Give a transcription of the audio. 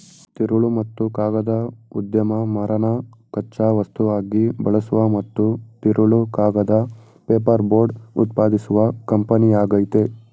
ತಿರುಳು ಮತ್ತು ಕಾಗದ ಉದ್ಯಮ ಮರನ ಕಚ್ಚಾ ವಸ್ತುವಾಗಿ ಬಳಸುವ ಮತ್ತು ತಿರುಳು ಕಾಗದ ಪೇಪರ್ಬೋರ್ಡ್ ಉತ್ಪಾದಿಸುವ ಕಂಪನಿಯಾಗಯ್ತೆ